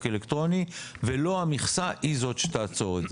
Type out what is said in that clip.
אלקטרוני ולא המכסה היא זו שתעצור.